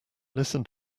listen